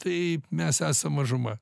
taip mes esam mažuma